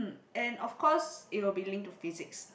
and of course it will be linked to physics